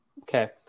okay